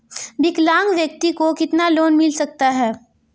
विकलांग व्यक्ति को कितना लोंन मिल सकता है?